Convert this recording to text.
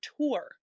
tour